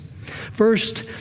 First